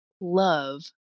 love